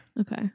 Okay